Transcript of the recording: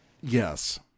Yes